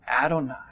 Adonai